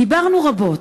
דיברנו רבות.